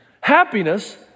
Happiness